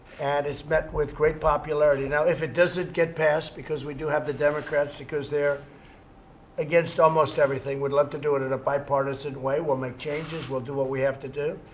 and it's met with great popularity. now, if it doesn't get passed, because we do have the democrats because they're against almost everything. we'd love to do it in a bipartisan way. we'll make changes. we'll do what we have to do.